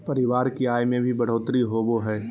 परिवार की आय में भी बढ़ोतरी होबो हइ